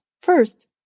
First